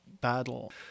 battle